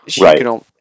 Right